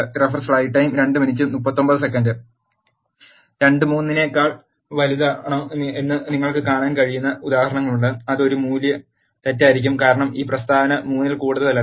2 3 നെക്കാൾ വലുതാണോ എന്ന് നിങ്ങൾക്ക് കാണാൻ കഴിയുന്ന ഉദാഹരണങ്ങളുണ്ട് അത് ഒരു മൂല്യം തെറ്റായിരിക്കും കാരണം ഈ പ്രസ്താവന 3 ൽ കൂടുതലുള്ളതല്ല